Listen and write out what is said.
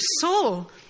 soul